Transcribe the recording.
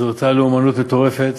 זו אותה לאומנות מטורפת